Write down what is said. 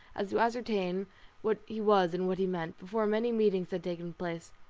as to ascertain what he was and what he meant, before many meetings had taken place.